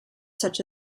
such